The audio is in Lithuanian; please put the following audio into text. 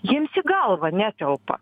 jiems į galvą netelpa